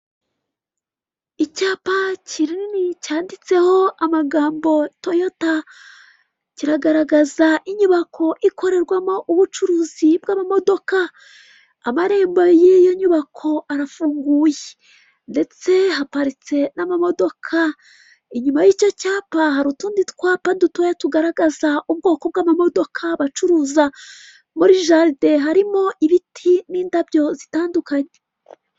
Icyapa kinini cyanditseho amagambo TOYOTA kiragaragaza inyubako ikorerwamo ubucuruzi bw'amamodoka amarembo y'iyo nyubako arafunguye ndetse haparitse n'amamodoka, inyuma y'icyo cyapa hari utundi twapa dutoya tugaragaza ubwoko bw'amamodoka bacuruza, muri jaride harimo ibiti n'indabyo zitandukanye.